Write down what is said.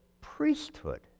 priesthood